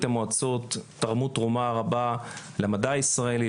המועצות תרמו תרומה רבה למדע הישראלי,